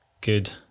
good